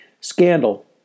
scandal